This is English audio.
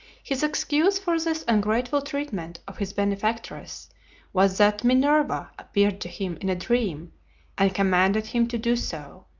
his excuse for this ungrateful treatment of his benefactress was that minerva appeared to him in a dream and commanded him to do so.